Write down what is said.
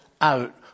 out